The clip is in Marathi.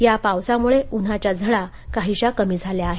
या पावसामूळे उन्हाच्या झळा काहीशा कमी झाल्या आहेत